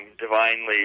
divinely